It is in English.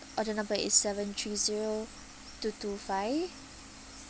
oh the number is seven three zero two two five